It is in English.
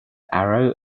arrow